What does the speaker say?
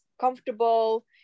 comfortable